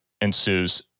ensues